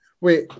Wait